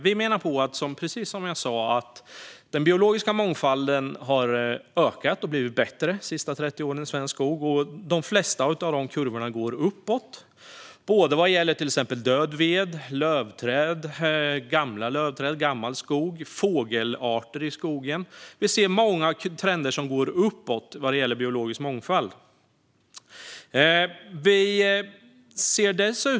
Vi menar, precis som jag sa, att den biologiska mångfalden har ökat och blivit bättre i svensk skog under de sista 30 åren. De flesta av kurvorna går uppåt vad gäller såväl till exempel död ved, lövträd, gamla lövträd och gammal skog som fågelarter i skogen. Vi ser många trender som går uppåt vad gäller biologisk mångfald.